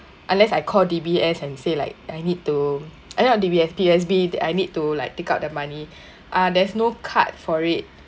unless I call D_B_S and say like I need to eh not D_B_S P_O_S_B that I need to like take out the money ah there's no card for it